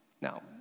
Now